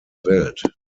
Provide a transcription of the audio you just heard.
welt